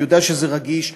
אני יודע שזה רגיש,